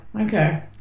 okay